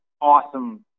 awesome